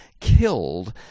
killed